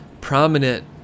prominent